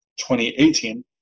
2018